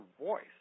voice